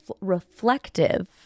reflective